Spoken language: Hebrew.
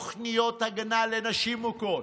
תוכניות הגנה לנשים מוכות,